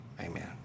amen